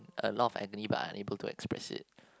a lot of agony but are unable to express it